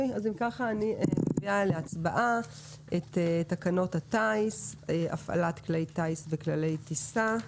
אני מעלה להצבעה את תקנות הטייס (הפעלת כלי טיס וכללי טיסה)